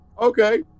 okay